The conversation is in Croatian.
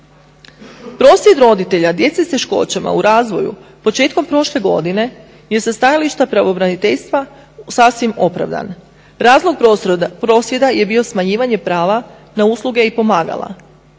Prosvjed roditelja djece s teškoćama u razvoju početkom prošle godine je sa stajališta pravobraniteljstva sasvim opravdan. Razlog prosvjeda je bio smanjivanje prava na usluge i pomagala